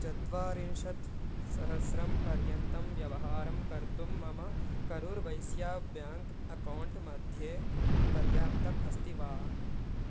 चत्वारिंशत् सहस्रं पर्यन्तं व्यवहारं कर्तुं मम करूर् वैस्या ब्याङ्क् अकौण्ट् मध्ये पर्याप्तम् अस्ति वा